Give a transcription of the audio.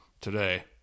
today